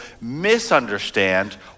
misunderstand